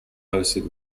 hosted